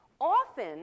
Often